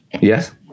Yes